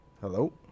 Hello